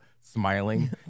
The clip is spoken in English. smiling